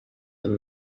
and